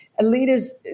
leaders